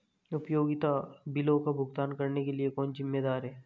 उपयोगिता बिलों का भुगतान करने के लिए कौन जिम्मेदार है?